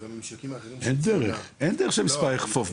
הממשקים האחרים --- אין דרך שמספר יחפוף.